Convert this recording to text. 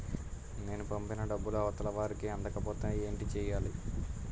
నేను పంపిన డబ్బులు అవతల వారికి అందకపోతే ఏంటి చెయ్యాలి?